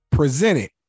Presented